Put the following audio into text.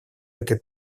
этой